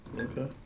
Okay